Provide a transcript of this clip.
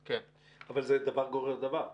אבל זה דבר גורר דבר.